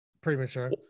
premature